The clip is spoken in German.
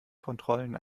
kontrollen